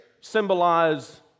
symbolize